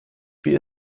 wie